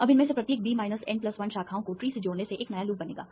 अब इनमें से प्रत्येक B N 1 शाखाओं को ट्री से जोड़ने से एक नया लूप बनेगा